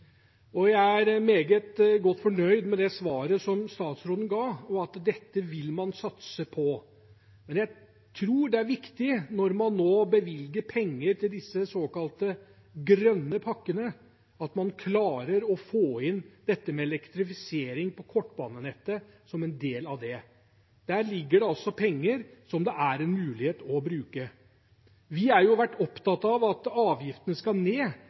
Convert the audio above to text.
Jeg er meget godt fornøyd med det svaret som statsråden ga, og at man vil satse på dette, men jeg tror det er viktig, når man nå bevilger penger til disse såkalte grønne pakkene, at man klarer å få inn dette med elektrifisering på kortbanenettet som en del av det. Der ligger det penger som det er mulig å bruke. Vi har vært opptatt av at avgiftene skal ned,